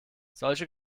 solche